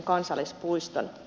kansallispuiston